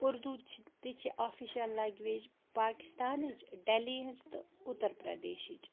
اُردو چھِ تہِ چھِ آفِشَل لینٛگویج پاکِستانٕچ ڈٮ۪لی ہِنٛز تہٕ اُترپرٛدیشِچ